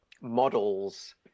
models